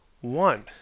one